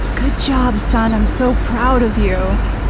good job, son. i'm so proud of you.